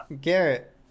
Garrett